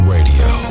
Radio